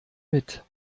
mit